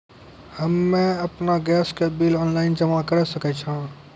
हम्मे आपन गैस के बिल ऑनलाइन जमा करै सकै छौ?